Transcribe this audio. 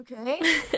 Okay